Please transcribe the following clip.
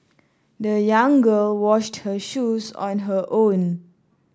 the young girl washed her shoes on her own